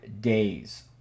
days